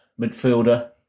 midfielder